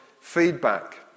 feedback